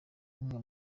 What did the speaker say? nk’umwe